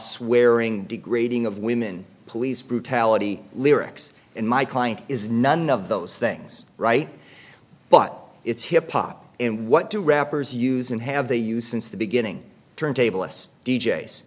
wearing degrading of women police brutality lyrics in my client is none of those things right but it's hip hop and what do rappers use and have they use since the beginning turntable us d